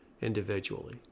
individually